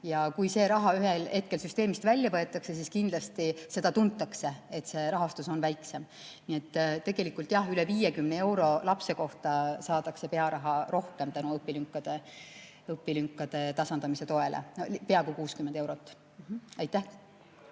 ja kui see raha ühel hetkel süsteemist välja võetakse, siis kindlasti tuntakse, et rahastus on väiksem. Nii et tegelikult jah, üle 50 euro lapse kohta saadakse pearaha rohkem tänu õpilünkade tasandamise toele. Peaaegu 60 eurot. Jüri